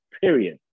period